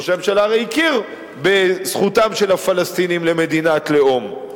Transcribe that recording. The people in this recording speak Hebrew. ראש הממשלה הרי הכיר בזכותם של הפלסטינים למדינת לאום,